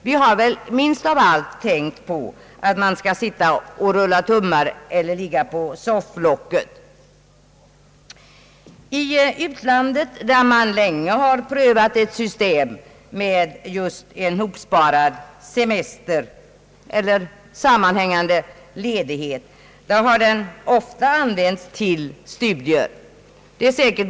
Vi har väl minst av allt tänkt att man skall sitta och rulla tummar eller ligga på sofflocket. I utlandet, där man länge prövat ett system med just en hopsparad semester eller sammanhängande ledighet, har denna ofta använts till studier.